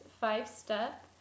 Five-Step